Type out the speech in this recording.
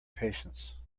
patience